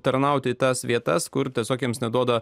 tarnauti į tas vietas kur tiesiog jiems neduoda